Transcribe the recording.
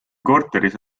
korteris